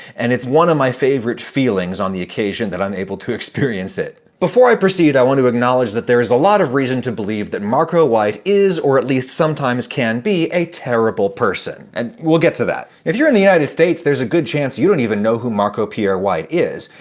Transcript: and it's one of my favorite feelings on the occasion that i'm able to experience it. before i proceed, i want to acknowledge that there's a lot of reason to believe that marco white is, or at least sometimes can be, a terrible person. and we'll get to that. if you're in the united states, there's a good chance you don't even know who marco pierre white is.